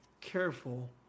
careful